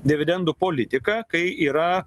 dividendų politika kai yra